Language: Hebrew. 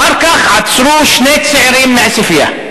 אחר כך עצרו שני צעירים מעספיא.